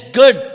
good